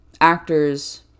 actors